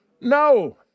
No